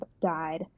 died